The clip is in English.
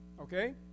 Okay